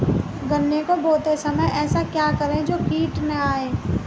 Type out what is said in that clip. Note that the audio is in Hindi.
गन्ने को बोते समय ऐसा क्या करें जो कीट न आयें?